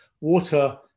water